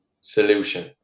solution